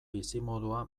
bizimodua